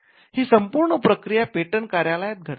ही संपूर्ण प्रक्रिया पेटंट कार्यालयात घडते